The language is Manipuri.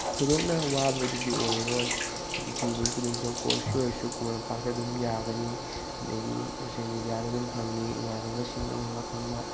ꯊꯣꯏꯗꯣꯛꯅ ꯋꯥꯕ ꯍꯥꯏꯗꯨꯗꯤ ꯑꯣꯏꯔꯔꯣꯏ ꯍꯥꯏꯗꯤ ꯊꯤꯕꯒꯤ ꯈꯨꯗꯣꯡꯆꯥꯕ ꯀꯣꯔꯁꯀꯤ ꯑꯣꯏꯔꯁꯨ ꯈꯨꯃꯅ ꯂꯝꯄꯥꯛꯇ ꯑꯗꯨꯝ ꯌꯥꯒꯅꯤ ꯑꯗꯨꯗꯒꯤ ꯁꯣꯁꯦꯟ ꯃꯦꯗꯤꯌꯥꯗ ꯑꯗꯨꯝ ꯐꯪꯏ ꯏꯃꯥꯟꯅꯕꯁꯤꯡ ꯑꯃ ꯑꯃ ꯈꯪꯕ